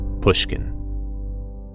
Pushkin